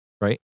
Right